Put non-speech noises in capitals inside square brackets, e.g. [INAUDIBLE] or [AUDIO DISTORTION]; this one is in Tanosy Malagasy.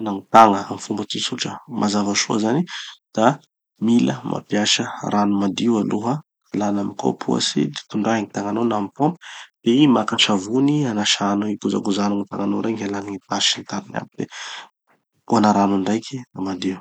[AUDIO DISTORTION] -na gny tagna amy fomba tsotsotra, mazava soa zany, da mila mampiasa rano madio aloha. Alàna amy kopy ohatsy, de tondrahy gny tagnanao na amy pompy, de maka savony anasanao igozagozanao gny tagnanao regny hialan'ny gny tasy sy ny tariny aby de tondrahana rano andraiky da madio.